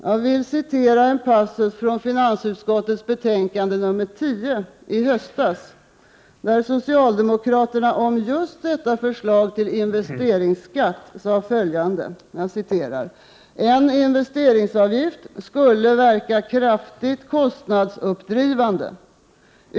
Jag vill citera ur finansutskottets betänkande FiU10i höstas, där socialdemokraterna om just detta förslag till investeringsskatt sade följande: ”En investeringsavgift ——— skulle verka kraftigt kostnadsuppdrivande.